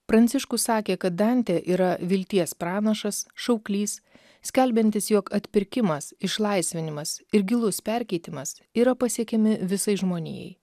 pranciškus sakė kad dantė yra vilties pranašas šauklys skelbiantis jog atpirkimas išlaisvinimas ir gilus perkeitimas yra pasiekiami visai žmonijai